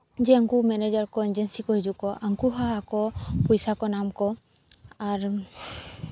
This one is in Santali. ᱡᱮ ᱩᱱᱠᱩ ᱢᱮᱱᱮᱡᱟᱨ ᱠᱚ ᱡᱮᱭᱥᱮ ᱠᱤ ᱦᱤᱡᱩᱜ ᱟᱠᱚ ᱩᱱᱠᱩ ᱦᱚᱸ ᱟᱠᱚ ᱯᱚᱭᱥᱟ ᱠᱚ ᱱᱟᱢ ᱟᱠᱚ ᱟᱨ